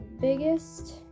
biggest